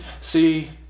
See